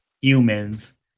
humans